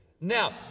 Now